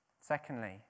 Secondly